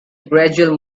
gradual